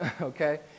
okay